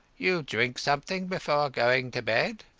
you drink something before going to bed?